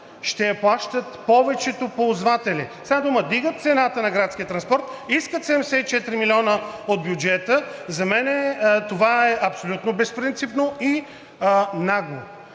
я плащат повечето ползватели. С една дума, вдигат цената на градския транспорт, искат 74 милиона от бюджета – за мен това е абсолютно безпринципно и нагло.